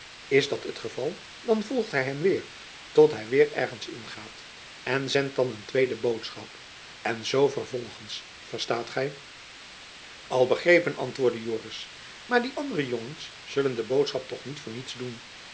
is dat het geval dan volgt gy hem weêr tot hy weêr ergens in gaat en zendt dan een tweede boodschap en zoo vervolgends verstaat gy al begreipen antwoordde joris mair die andere jongens zellen de boodschap toch ook niet voor niks doen